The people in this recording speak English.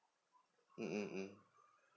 mm mm mm